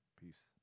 Peace